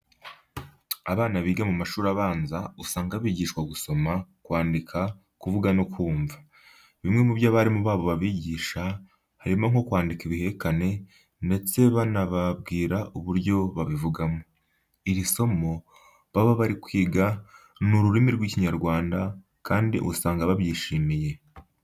Abana biga mu mashuri abanza usanga bigishwa gusoma, kwandika, kuvuga no kumva. Bimwe mu byo abarimu babo babigisha, harimo nko kwandika ibihekane ndetse bakanababwira uburyo babivugamo. Iri somo baba bari kwiga ni ururimi rw'Ikinyarwanda kandi usanga babyishimiye.